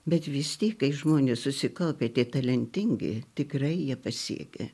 bet vis tiek kai žmonės susikaupę tiek talentingi tikrai jie pasiekia